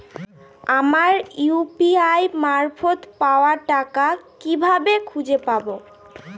আমার ইউ.পি.আই মারফত পাওয়া টাকা কিভাবে খুঁজে পাব?